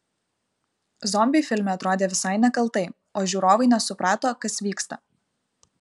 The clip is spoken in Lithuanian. zombiai filme atrodė visai nekaltai o žiūrovai nesuprato kas vyksta